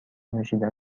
نوشیدن